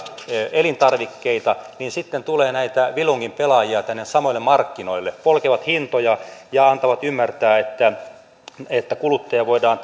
elintarvikkeita ja sitten tulee näitä vilunginpelaajia tänne samoille markkinoille polkevat hintoja ja antavat ymmärtää että että kuluttajaa voidaan